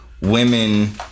women